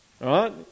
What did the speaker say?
right